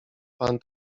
pan